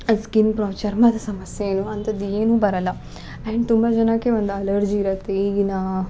ಆ ಸ್ಕಿನ್ ಪ್ರಾಚಾರ ಮತ್ತು ಸಮಸ್ಯೆ ಏನು ಅಂತಂದು ಏನು ಬರಲ್ಲ ಆ್ಯಂಡ್ ತುಂಬ ಜನಕ್ಕೆ ಒಂದು ಅಲರ್ಜಿ ಇರತ್ತೆ ಈಗಿನ